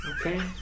Okay